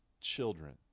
children